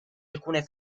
alcune